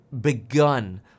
begun